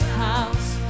house